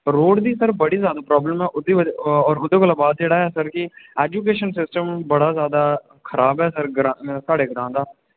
road दी sir बड़ी जादा प्राब्लम ऐ ओह्दी बजह कन्नै होर ओह्दे कोला बाद च जेह्ड़ा ऐ सर कि ऐजूकेशन सिस्टम बड़ा जादा खराब ऐ साढ़े साढ़े ग्रां दा